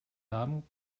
haben